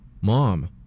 Mom